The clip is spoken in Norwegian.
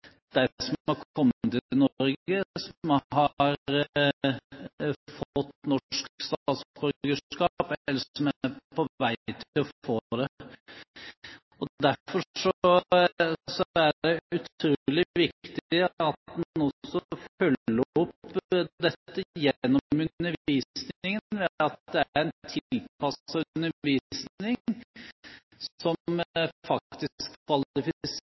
har fått norsk statsborgerskap eller som er på vei til å få det. Derfor er det utrolig viktig at en også følger opp dette gjennom undervisningen ved at det er en tilpasset undervisning som